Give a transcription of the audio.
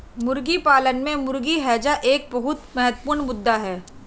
मुर्गी पालन में मुर्गी हैजा एक बहुत महत्वपूर्ण मुद्दा है